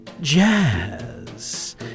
jazz